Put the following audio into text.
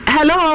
Hello